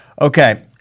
Okay